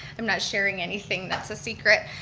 i'm not sharing anything that's a secret.